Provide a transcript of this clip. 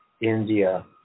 India